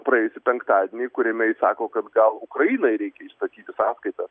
praėjusį penktadienį kuriame jis sako kad gal ukrainai reikia įstatyti sąskaitas